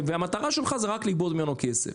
והמטרה שלך זה רק לגבות ממנו כסף.